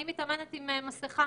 אני מתאמנת עם מסכה.